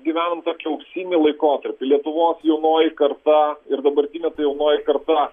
gyvenom tokį auksinį laikotarpį lietuvos jaunoji karta ir dabartinė ta jaunoji karta